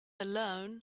alone